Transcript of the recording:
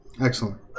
Excellent